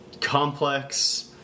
complex